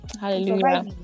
Hallelujah